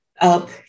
up